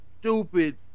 stupid